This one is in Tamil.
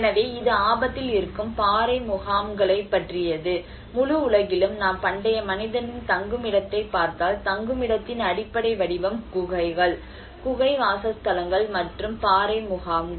எனவே இது ஆபத்தில் இருக்கும் பாறை முகாம்களைப் பற்றியது முழு உலகிலும் நாம் பண்டைய மனிதனின் தங்குமிடத்தைப் பார்த்தால் தங்குமிடத்தின் அடிப்படை வடிவம் குகைகள் குகை வாசஸ்தலங்கள் மற்றும் பாறை முகாம்கள்